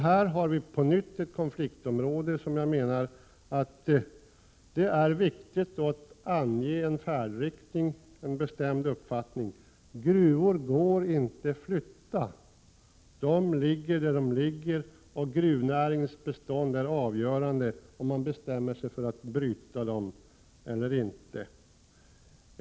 Här har vi på nytt ett konfliktområde där jag menar att det är viktigt att ange en färdriktning, en bestämd uppfattning. Gruvor går inte att flytta, de ligger där de ligger, och gruvnäringens bestånd är avhängigt av om man bestämmer sig för att bryta dem eller inte.